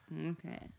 Okay